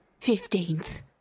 Fifteenth